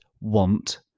want